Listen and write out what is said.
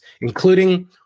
including